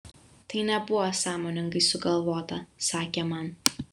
tai nebuvo sąmoningai sugalvota sakė man